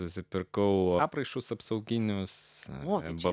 nusipirkau apraiškos apsauginius momento